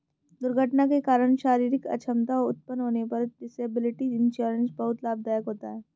दुर्घटना के कारण शारीरिक अक्षमता उत्पन्न होने पर डिसेबिलिटी इंश्योरेंस बहुत लाभदायक होता है